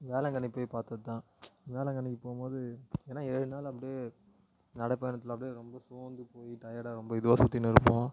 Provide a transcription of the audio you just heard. வேளாங்கண்ணி போய் பார்த்தது தான் வேளாங்கண்ணிக்கு போகுமோது ஏன்னா ஏழு நாலு அப்படியே நடைப் பயணத்தில் அப்படியே ரொம்ப சோர்ந்துப் போய் டையடாக ரொம்ப இதுவாக சுற்றினு இருப்போம்